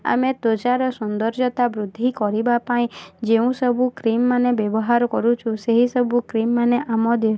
ଆମେ ତ୍ୱଚାର ସୌନ୍ଦର୍ଯ୍ୟତା ବୃଦ୍ଧି କରିବା ପାଇଁ ଯେଉଁ ସବୁ କ୍ରିମ୍ମାନେ ବ୍ୟବହାର କରୁଛୁ ସେହି ସବୁ କ୍ରିମ୍ମାନେ ଆମ ଦେ